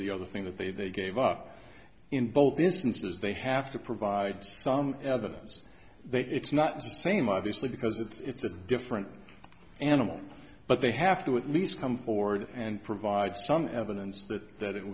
the other thing that they gave are in both instances they have to provide some evidence that it's not just same obviously because it's a different animal but they have to at least come forward and provide some evidence that that